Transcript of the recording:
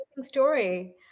story